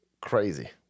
Crazy